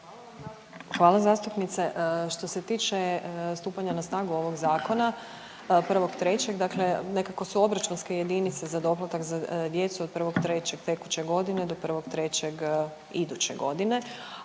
Hvala zastupnice. Što se tiče stupanja na snagu ovog zakona 1.3. nekako su obračunske jedinice za doplatak za djecu od 1.3. tekuće godine do 1.3. iduće godine.